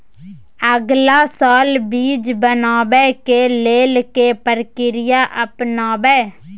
अगला साल बीज बनाबै के लेल के प्रक्रिया अपनाबय?